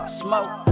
smoke